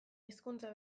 hizkuntza